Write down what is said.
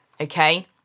okay